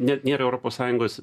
net nėra europos sąjungos